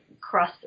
cross